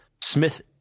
Smith